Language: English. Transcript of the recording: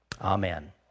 Amen